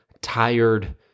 tired